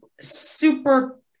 super